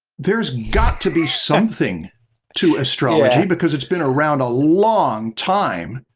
there's got to be something to astrology because it's been around a long time.